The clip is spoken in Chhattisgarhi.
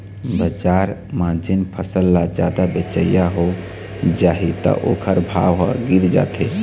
बजार म जेन फसल ल जादा बेचइया हो जाही त ओखर भाव ह गिर जाथे